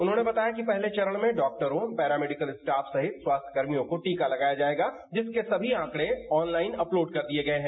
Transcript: उन्होंने बताया कि पहले चरण में डॉक्टरों पैरामेडिकल स्टाफ सहित स्वास्थ्य कर्मियों को टीका लगाया जायेगा जिसके सभी आंकड़े ऑनलाइन अपलोड कर दिए गए हैं